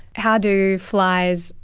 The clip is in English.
how do flies,